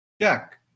Jack